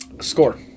Score